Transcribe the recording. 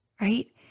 right